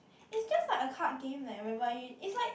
it's just like a card game leh whereby you it's like